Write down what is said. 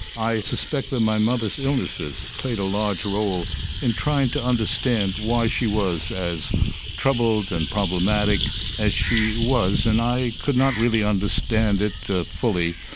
i suspect that my mother's illnesses played a large role in trying to understand why she was as troubled and problematic as she was and i could not really understand it fully,